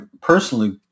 personally